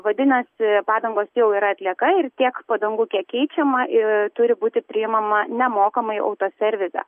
vadinasi padangos jau yra atlieka ir tiek padangų kiek keičiama ir turi būti priimama nemokamai autoservise